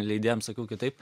leidėjams sakiau kitaip